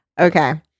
okay